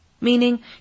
Meaning